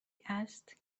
است